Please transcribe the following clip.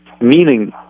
Meaning